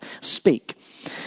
speak